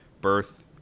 birth